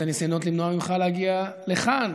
את הניסיונות למנוע ממך להגיע לכאן,